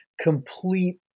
complete